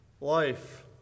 life